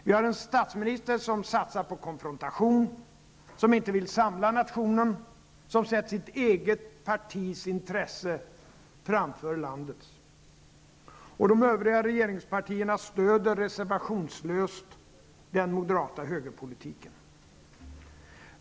Vi har en statsminister som satsar på konfrontation, som inte vill samla nationen, som sätter sitt eget partis intresse framför landets. Och de övriga regeringspartierna stöder reservationslöst den moderata högerpolitiken.